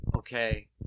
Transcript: Okay